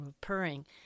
purring